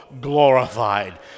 glorified